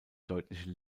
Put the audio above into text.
deutliche